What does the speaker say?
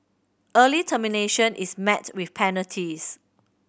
early termination is met with penalties